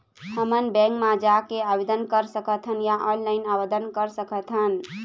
हमन बैंक मा जाके आवेदन कर सकथन या ऑनलाइन आवेदन कर सकथन?